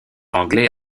anglais